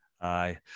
Aye